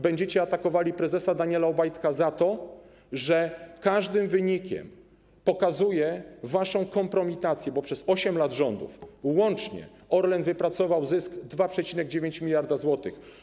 Będziecie atakowali prezesa Daniela Obajtka za to, że każdym wynikiem pokazuje waszą kompromitację, bo przez 8 lat rządów łącznie Orlen wypracował zysk 2,9 mld zł.